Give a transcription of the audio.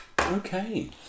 Okay